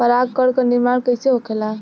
पराग कण क निर्माण कइसे होखेला?